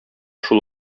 шул